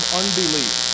unbelief